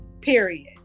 period